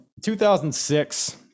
2006